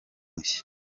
nshya